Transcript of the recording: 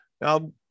Now